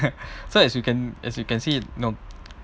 so as you can as you can see it no